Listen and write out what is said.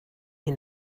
you